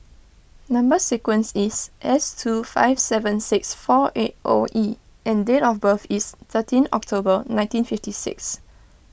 Number Sequence is S two five seven six four eight O E and date of birth is thirteen October nineteen fifty six